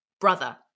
brother